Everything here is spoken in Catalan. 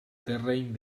terreny